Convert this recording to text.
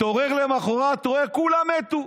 מתעורר למוחרת, רואה שכולן מתו.